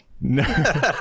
No